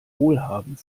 wohlhabend